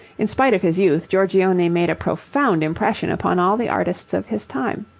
in spite of his youth, giorgione made a profound impression upon all the artists of his time.